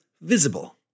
Visible